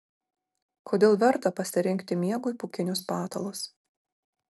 kodėl verta pasirinkti miegui pūkinius patalus